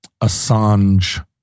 Assange